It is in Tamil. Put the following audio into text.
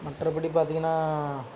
மற்றப்படி பார்த்திங்கன்னா